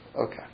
Okay